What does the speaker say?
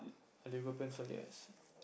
a Lego pencil yes